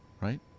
right